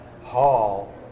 hall